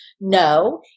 no